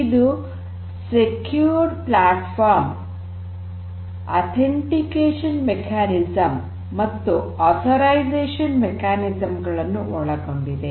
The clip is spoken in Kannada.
ಇದು ಸೆಕ್ಯೂರ್ಡ್ ಪ್ಲಾಟಫಾರ್ಮ್ ಆತೇನ್ಟಿಕೇಶನ್ ಮೆಕ್ಯಾನಿಸ್ಮ್ಸ್ ಮತ್ತು ಆತೋರೈಝೇಶನ್ ಮೆಕ್ಯಾನಿಸ್ಮ್ಸ್ ಗಳನ್ನು ಒಳಗೊಂಡಿದೆ